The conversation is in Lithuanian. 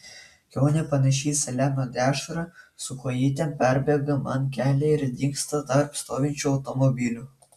kiaunė panaši į saliamio dešrą su kojytėm perbėga man kelią ir dingsta tarp stovinčių automobilių